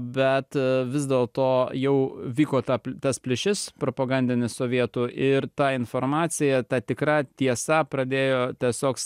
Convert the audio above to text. bet vis dėlto jau vyko tą tas plyšys propagandinis sovietų ir ta informacija ta tikra tiesa pradėjo tiesiog